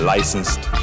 Licensed